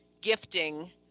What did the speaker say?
gifting